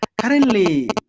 currently